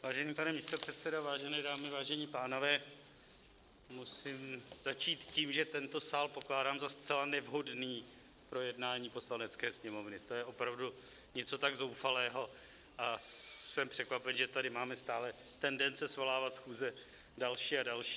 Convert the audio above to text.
Vážený pane místopředsedo, vážené dámy, vážení pánové, musím začít tím, že tento sál pokládám za zcela nevhodný pro jednání Poslanecké sněmovny, to je opravdu něco tak zoufalého, a jsem překvapen, že tady máme stále tendence svolávat schůze další a další.